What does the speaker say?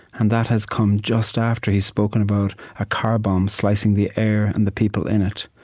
and that has come just after he spoke and about a car bomb slicing the air and the people in it.